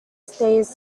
stays